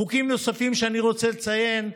חוקים נוספים שאני רוצה לציין,